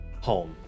home